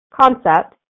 concept